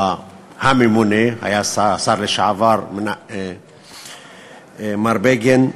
אז הממונה היה השר לשעבר מר בגין,